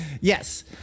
Yes